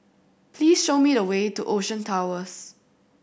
please show me the way to Ocean Towers